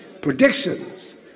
Predictions